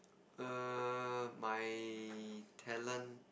err my talent